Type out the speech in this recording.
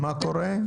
מה קורה?